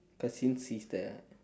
cause since he is the